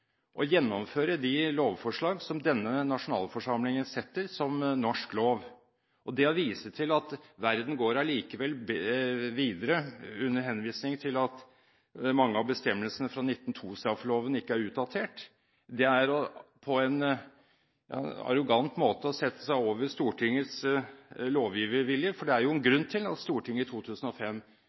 å gjennomføre de lovforslag som denne nasjonalforsamlingen setter som norsk lov. Det å vise til at verden likevel går videre – under henvisning til at mange av bestemmelsene i straffeloven av 1902 ikke er utdatert – er på en arrogant måte å sette seg over Stortingets lovgivervilje, for det er jo en grunn til at Stortinget i 2005